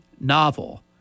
novel